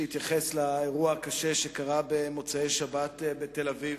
להתייחס לאירוע הקשה שקרה במוצאי-שבת בתל-אביב,